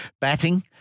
Batting